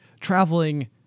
traveling